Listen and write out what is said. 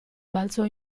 balzò